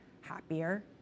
happier